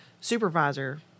supervisor